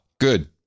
good